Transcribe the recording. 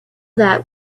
that